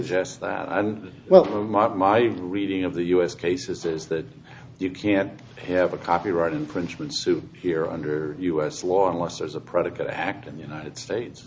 just that and well from my reading of the u s cases is that you can't have a copyright infringement suit here under u s law unless there's a predicate act in the united states